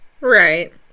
right